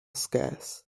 scarce